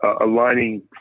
Aligning